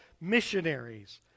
missionaries